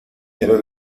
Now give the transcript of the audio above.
era